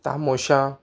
तामोशा